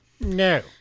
No